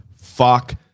fuck